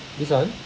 this one